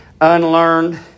unlearned